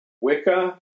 Wicca